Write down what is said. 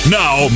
now